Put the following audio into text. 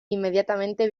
inmediatamente